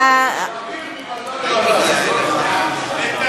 להעביר מוועדה לוועדה.